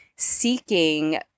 seeking